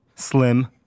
Slim